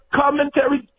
commentary